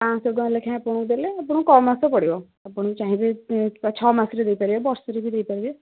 ପାଞ୍ଚଶହ ଟଙ୍କା ଲେଖାଏଁ ଆପଣ ଦେଲେ ଆପଣଙ୍କୁ କମ୍ ମାସ ପଡ଼ିବ ଆପଣ ଚାହିଁବେ ଛଅମାସରେ ଦେଇପାରିବେ ବର୍ଷେରେବି ଦେଇପାରିବେ